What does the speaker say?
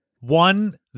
One